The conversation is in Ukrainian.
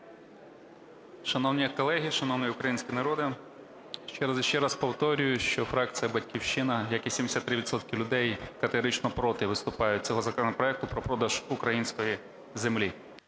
Шановні колеги, шановний український народе, ще раз і ще раз повторюю, що фракція "Батьківщина", як і 73 відсотки людей, категорично проти виступають цього законопроекту про продаж української землі.